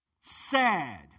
sad